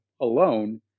alone